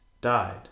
died